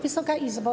Wysoka Izbo!